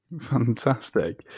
Fantastic